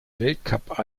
weltcup